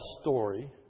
story